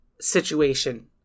situation